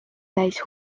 täis